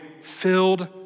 filled